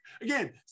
again